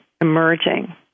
emerging